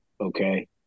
okay